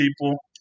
people